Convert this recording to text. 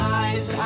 eyes